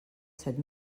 set